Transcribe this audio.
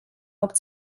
opt